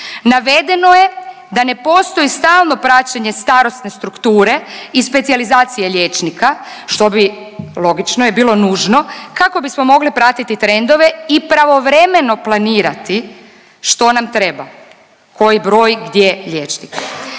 Navedeno je da ne postoji stalno praćenje starosne strukture i specijalizacije liječnika, što bi logično je bilo nužno kako bismo mogli pratiti trendove i pravovremeno planirati što nam treba, koji broj gdje liječnika.